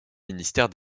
ministère